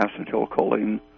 acetylcholine